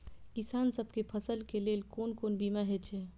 किसान सब के फसल के लेल कोन कोन बीमा हे छे?